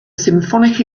symphonic